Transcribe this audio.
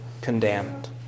condemned